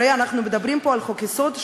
הרי אנחנו מדברים פה על חוק-יסוד,